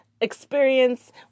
experience